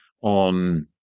on